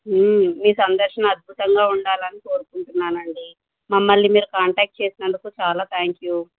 మీ సందర్శన అద్భుతంగా ఉండాలని కోరుకుంటున్నానండి మమ్మల్ని మీరు కాంటాక్ట్ చేసినందుకు చాలా థ్యాంక్ యూ